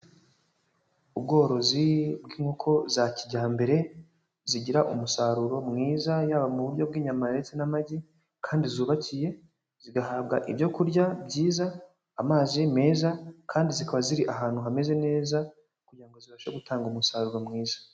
Ubworozi bw'inkoko za kijyambere zigira umusaruro mwiza, yaba mu buryo bw'inyama ndetse n'amagi, kandi zubakiye, zigahabwa ibyo kurya byiza, amazi meza, kandi zikaba ziri ahantu hameze neza, kugira ngo zibashe gutanga umusaruro mwiza.